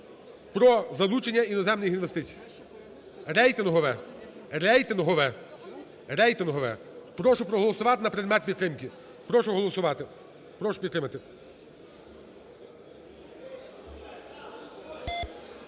про залучення іноземних інвестицій? Рейтингове, рейтингове, рейтингове. Прошу проголосувати на предмет підтримки. Прошу голосувати. Прошу підтримати.